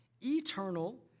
eternal